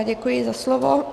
Děkuji za slovo.